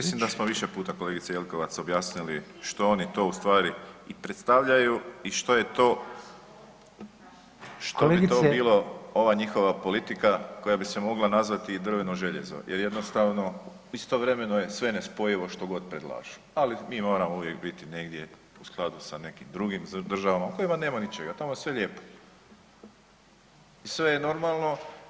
Mislim da smo više puta kolegice Jelkovac objasnili što oni to ustvari i predstavljaju i što je to [[Upadica: Kolegice.]] što bi to bilo ova njihova politika koja bi se mogla nazvati i drveno željezo, jer jednostavno istovremeno je sve nespojivo što god predlažu, ali mi moramo uvijek biti negdje u skladu sa nekim drugim državama u kojima nema ničega, tamo je sve lijepo i sve je normalno.